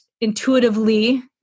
Intuitively